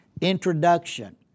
introduction